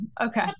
Okay